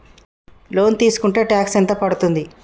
Loan తీస్కుంటే tax ఎంత పడ్తుంది?